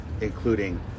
Including